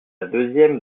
deuxième